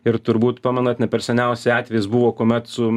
ir turbūt pamenat ne per seniausiai atvejis buvo kuomet su